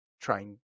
trying